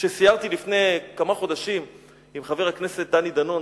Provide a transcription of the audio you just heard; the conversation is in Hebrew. כשסיירתי לפני כמה חודשים עם חבר הכנסת דני דנון,